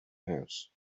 house